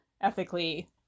ethically